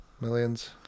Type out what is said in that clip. millions